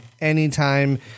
anytime